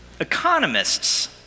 economists